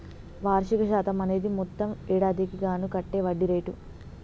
వార్షిక శాతం అనేది మొత్తం ఏడాదికి గాను కట్టే వడ్డీ రేటు